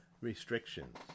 restrictions